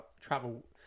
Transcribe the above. travel